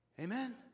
Amen